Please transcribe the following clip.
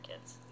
kids